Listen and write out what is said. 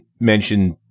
mentioned